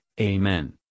Amen